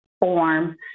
form